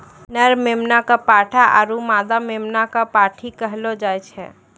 नर मेमना कॅ पाठा आरो मादा मेमना कॅ पांठी कहलो जाय छै